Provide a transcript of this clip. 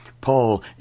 Paul